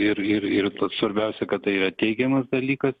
ir ir ir vat svarbiausia kad tai yra teigiamas dalykas